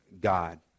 God